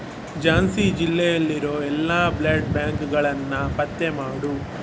ಝಾನ್ಸಿ ಜಿಲ್ಲೆಯಲ್ಲಿರೋ ಎಲ್ಲ ಬ್ಲಡ್ ಬ್ಯಾಂಕ್ಗಳನ್ನು ಪತ್ತೆ ಮಾಡು